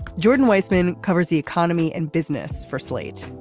jordan weissmann covers the economy and business for slate.